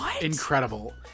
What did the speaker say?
incredible